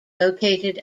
located